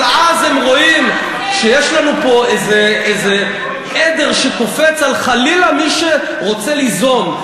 אבל אז הם רואים שיש לנו פה איזה עדר שקופץ על חלילה מי שרוצה ליזום.